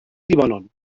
libanon